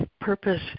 Purpose